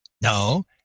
No